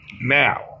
Now